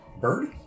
bird